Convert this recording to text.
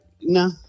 no